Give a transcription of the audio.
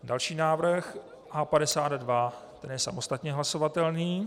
Další návrh je A52 ten je samostatně hlasovatelný.